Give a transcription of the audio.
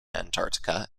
antarctica